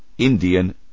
Indian